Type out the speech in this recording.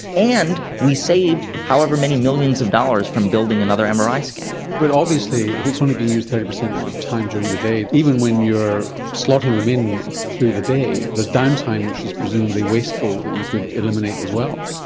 and we saved however many millions of dollars from building another and mri scanner. but obviously if it's only being used thirty percent of the time during the day, even when you are slotting them in through the day, there is downtime which is presumably wasteful that you could eliminate as well.